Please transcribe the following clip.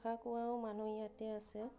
ভাষা কোৱাও মানুহ ইয়াতে আছে